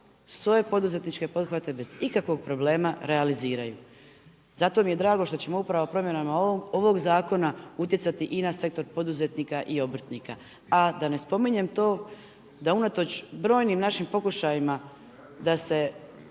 svoje poduzetničke pothvate bez ikakvog problema realiziraju. Zato mi je drago što ćemo upravo promjenama ovog zakona utjecati i na sektor poduzetnika i obrtnika, a da ne spominjem to, da unatoč brojnim našim pokušajima da se